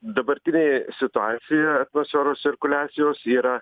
dabartinėj situacijoj atmosferos cirkuliacijos yra